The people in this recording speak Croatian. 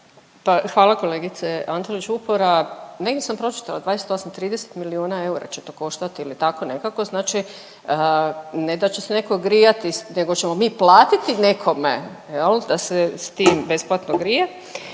Hvala kolegice Antolić-Vupora. Negdje sam pročitala 28, 30 milijuna eura će to koštati ili tako nekako. Znači ne da će se netko grijati nego ćemo mi platiti nekome, jel' da se s tim besplatno grije